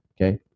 Okay